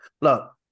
Look